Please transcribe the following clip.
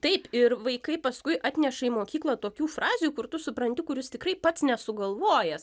taip ir vaikai paskui atneša į mokyklą tokių frazių kur tu supranti kur is tikrai pats nesugalvojęs